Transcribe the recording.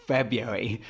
February